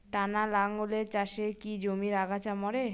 টানা লাঙ্গলের চাষে কি জমির আগাছা মরে?